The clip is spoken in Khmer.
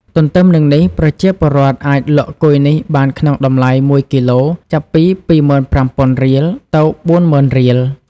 ទន្ទឹមនឹងនេះ ប្រជាពលរដ្ឋអាចលក់គុយនេះបានក្នុងតម្លៃ ១គីឡូ ចាប់ពី ២៥០០០រៀល ទៅ៤០០០០ រៀល។